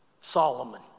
Solomon